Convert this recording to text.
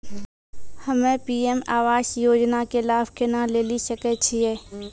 हम्मे पी.एम आवास योजना के लाभ केना लेली सकै छियै?